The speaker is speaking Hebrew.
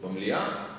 במליאה.